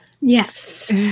Yes